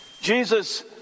Jesus